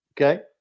Okay